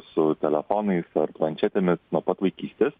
su telefonais ar planšetėmis nuo pat vaikystės